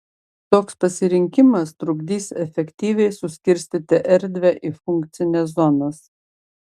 toks pasirinkimas trukdys efektyviai suskirstyti erdvę į funkcines zonas